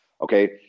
okay